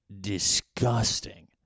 disgusting